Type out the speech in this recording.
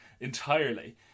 entirely